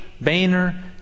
Boehner